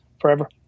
forever